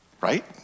right